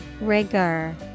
Rigor